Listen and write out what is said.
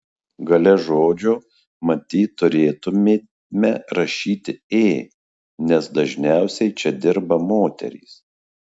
gale žodžio matyt turėtumėme rašyti ė nes dažniausiai čia dirba moterys